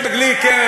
יהודה גליק,